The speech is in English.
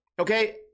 Okay